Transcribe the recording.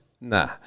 Nah